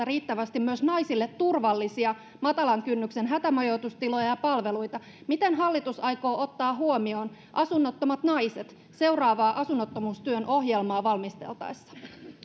riittävästi myös naisille turvallisia matalan kynnyksen hätämajoitustiloja ja palveluita miten hallitus aikoo ottaa huomioon asunnottomat naiset seuraavaa asunnottomuustyön ohjelmaa valmisteltaessa